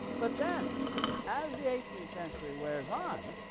but then as the eighteenth century wears on,